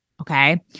Okay